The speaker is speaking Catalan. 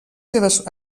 seves